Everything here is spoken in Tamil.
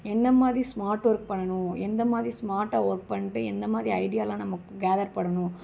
என்னமாதிரி ஸ்மார்ட் ஒர்க் பண்ணணும் எந்தமாதிரி ஸ்மார்டாக ஒர்க் பண்ணிட்டு எந்தமாதிரி ஐடியாலாம் நம்ம கேதர் பண்ணணும்